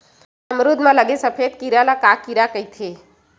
अमरूद म लगे सफेद कीरा ल का कीरा कइथे?